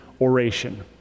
oration